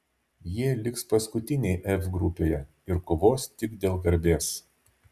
jie liks paskutiniai f grupėje ir kovos tik dėl garbės